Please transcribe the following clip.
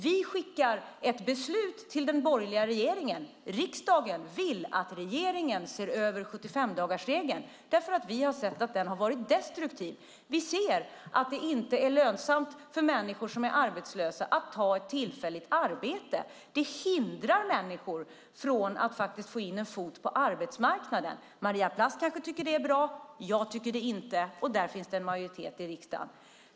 Vi skickar ett riksdagsbeslut till den borgerliga regeringen där vi säger att riksdagen vill att regeringen ser över 75-dagarsregeln eftersom vi sett att den varit destruktiv. Vi ser att det inte är lönsamt för människor som är arbetslösa att ta ett tillfälligt arbete. Detta hindrar människor från att få in en fot på arbetsmarknaden. Maria Plass kanske tycker att det är bra. Jag tycker det inte, och där finns det en majoritet i riksdagen.